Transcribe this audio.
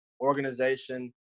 organization